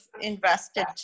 invested